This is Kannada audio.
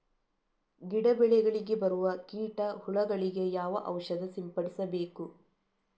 ಗಿಡ, ಬೆಳೆಗಳಿಗೆ ಬರುವ ಕೀಟ, ಹುಳಗಳಿಗೆ ಯಾವ ಔಷಧ ಸಿಂಪಡಿಸಬೇಕು?